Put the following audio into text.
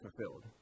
fulfilled